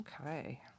Okay